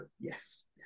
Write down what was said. yes